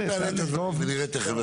כל תחנה זה שלב, זה לוקח זמן.